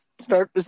Start